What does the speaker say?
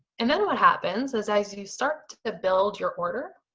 and then what happens, is as you start to build your order,